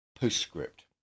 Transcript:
Postscript